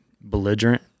belligerent